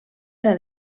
era